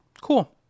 Cool